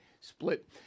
split